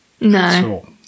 No